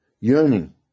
yearning